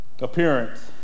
appearance